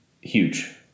Huge